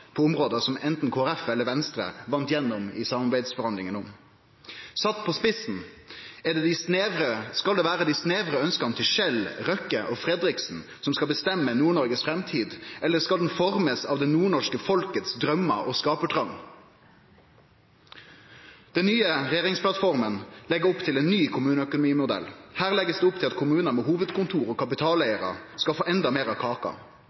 på område som anten Kristeleg Folkeparti eller Venstre vann gjennom med i samarbeidsforhandlingane. Sett på spissen: Skal det vere dei snevre ønska til Shell, Røkke og Fredriksen som skal avgjere Nord-Noregs framtid? Eller skal framtida formast av draumane og skapartrongen til det nordnorske folket? Den nye regjeringsplattforma legg opp til ein ny kommuneøkonomimodell. Her legg ein opp til at kommunar med hovudkontor og kapitaleigarar skal få endå meir av kaka.